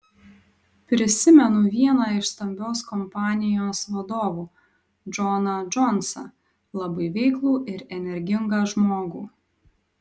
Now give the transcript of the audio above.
prisimenu vieną iš stambios kompanijos vadovų džoną džonsą labai veiklų ir energingą žmogų